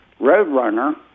Roadrunner